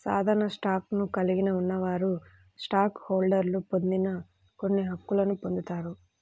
సాధారణ స్టాక్ను కలిగి ఉన్నవారు స్టాక్ హోల్డర్లు పొందని కొన్ని హక్కులను పొందుతారు